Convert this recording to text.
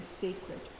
sacred